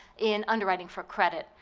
in underwriting for credit.